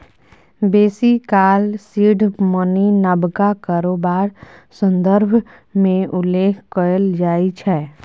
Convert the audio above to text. बेसी काल seed money नबका कारोबार संदर्भ मे उल्लेख कएल जाइ छै